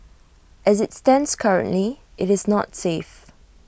as IT stands currently IT is not safe